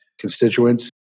constituents